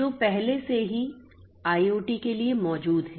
जो पहले से ही IoT के लिए मौजूद है